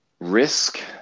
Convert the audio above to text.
Risk